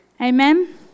amen